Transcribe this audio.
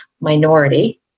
minority